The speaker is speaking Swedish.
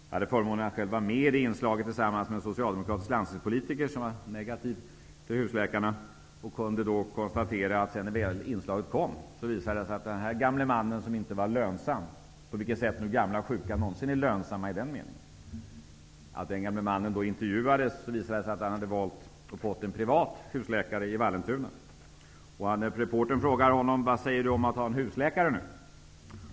Jag hade förmånen att själv vara med i det inslaget tillsammans med en socialdemokratisk landstingspolitiker, som var negativt inställd till husläkare. När inslaget väl sändes kunde jag konstatera att den gamle mannen som inte var lönsam -- på vilket sätt nu gamla och sjuka någonsin är lönsamma i den meningen -- hade valt en privat husläkare i Vallentuna. Reporten frågade honom: Vad säger du om att ha en husläkare?